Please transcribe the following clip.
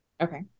Okay